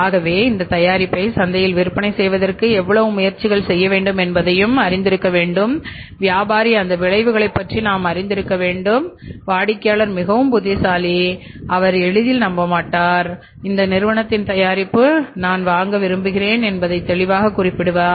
ஆகவே இந்த தயாரிப்பை சந்தையில் விற்பனை செய்வதற்கு எவ்வளவு முயற்சிகள் செய்ய வேண்டும் என்பதையும் அறிந்திருக்க வேண்டும் வியாபாரி அந்த விளைவுகளைப் பற்றி நாம் அறிந்திருக்க வேண்டும் வாடிக்கையாளர் மிகவும் புத்திசாலி அவர் எளிதில் நம்பமாட்டார் இந்த நிறுவனத்தின் தயாரிப்பு நன் வாங்க விரும்புகிறேன் என்பதை தெளிவாக குறிப்பிடுவார்